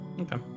Okay